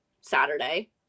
Saturday